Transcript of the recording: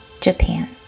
Japan